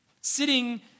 Sitting